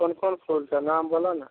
कोन कोन फूल छै नाम बोलऽ ने